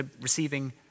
receiving